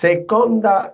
Seconda